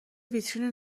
ویترین